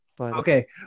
Okay